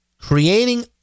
Creating